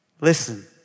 Listen